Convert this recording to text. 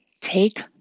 take